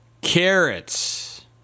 Carrots